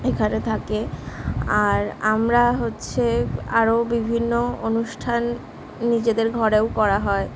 এখানে থাকে আর আমরা হচ্ছে আরও বিভিন্ন অনুষ্ঠান নিজেদের ঘরেও করা হয়